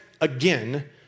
again